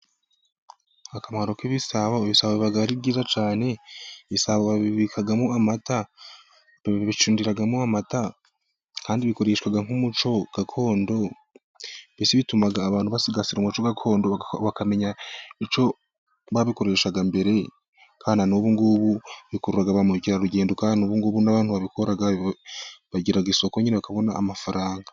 Akamaro k'ibisabo ibisabo biba ari byiza cyane babibikamo amata, babicundiramo amata kandi bikoreshwa nk'umuco gakondo, mbese bituma abantu basigasira umuco gakondo, bakamenya icyo babikoreshaga mbere kandi na n'ubu ngubu bikurura ba mukerarugendo, kandi na n'ubu ngubu abantu babikora bagira isoko, nyine bakabona amafaranga.